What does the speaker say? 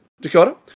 Dakota